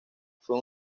fue